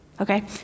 Okay